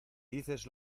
dices